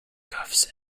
cuffs